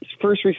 first